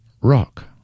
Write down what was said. rock